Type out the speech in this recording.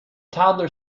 toddler